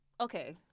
Okay